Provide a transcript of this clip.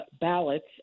ballots